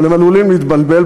אבל הם עלולים להתבלבל,